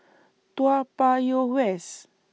Toa Payoh West